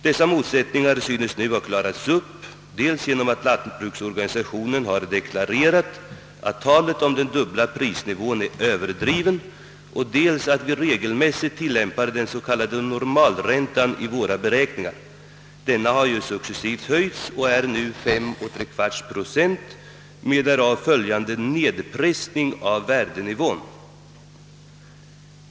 Dessa motsättningar synes nu ha klarats upp, dels genom att lantbruksorganisationen har deklarerat, att talet om den dubbla prisnivån är överdrivet och dels att vi regelmässigt tillämpar den s.k. normal räntan i våra beräkningar. Denna har ju successivt höjts och är nu 52/1 Jo med därav följande nedpressning av värdenivån.